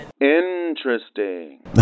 Interesting